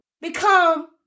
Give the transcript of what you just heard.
become